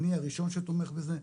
אני הראשון שתומך בזה,